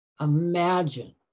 Imagine